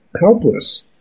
helpless